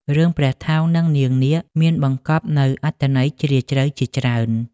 រឿងព្រះថោង និងនាងនាគ មានបង្កបនូវអត្ថន័យជ្រាលជ្រៅជាច្រើន។